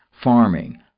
farming